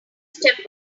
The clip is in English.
step